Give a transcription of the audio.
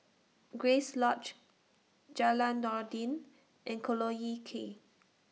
Grace Lodge Jalan Noordin and Collyer Quay